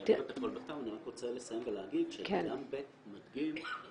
--- רק רוצה לסיים ולהגיד --- מדגים את